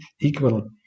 equal